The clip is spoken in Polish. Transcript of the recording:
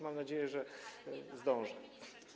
Mam nadzieję, że zdążę.